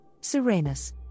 Serenus